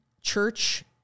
church